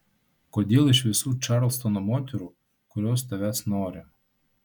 kodėl iš visų čarlstono moterų kurios tavęs nori